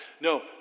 No